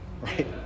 Right